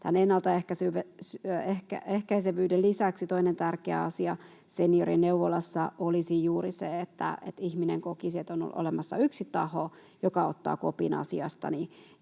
ennaltaehkäisevyyden lisäksi toinen tärkeä asia seniorineuvolassa olisi juuri se, että ihminen kokisi, että on olemassa yksi taho, joka ottaa kopin asiasta,